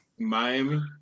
Miami